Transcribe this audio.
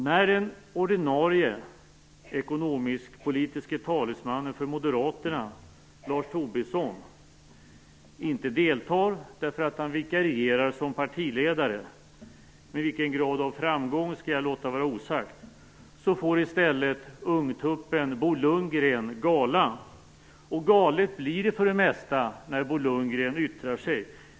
När den ordinarie ekonomisk-politiske talesmannen för Moderaterna, Lars Tobisson, inte deltar därför att han vikarierar som partiledare - med vilken grad av framgång skall jag låta vara osagt - får i stället ungtuppen Bo Lundgren gala. Och galet blir det för det mesta när Bo Lundgren yttrar sig.